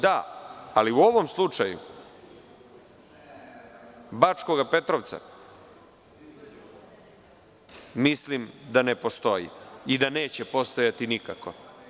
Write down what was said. Da, ali u ovom slučaju Bačkog Petrovca mislim da ne postoji i da neće postojati nikako.